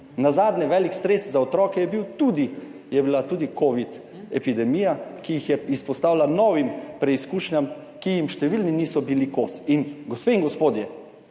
Nazadnje je bil velik stres za otroke tudi covid epidemija, ki jih je izpostavila novim preizkušnjam, ki jim številni niso bili kos. In gospe in gospodje,